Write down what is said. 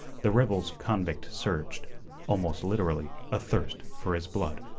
the rebels-convict surged, almost literally athirst for his blood.